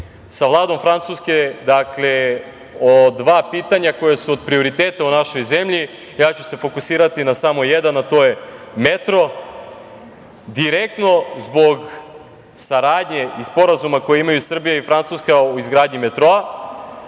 sa Vladom Francuske, dakle, o dva pitanja koja su od prioriteta u našoj zemlji. Ja ću se fokusirati na samo jedno, a to je metro. Direktno zbog saradnje i sporazuma koji imaju Srbija i Francuska o izgradnji metroa,